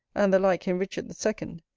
and the like in richard the second,